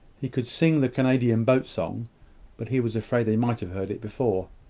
he could sing the canadian boat song but he was afraid they might have heard it before.